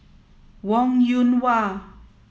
Wong Yoon Wah